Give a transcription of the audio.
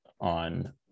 on